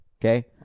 okay